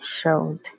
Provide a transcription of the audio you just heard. showed